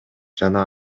жана